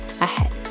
ahead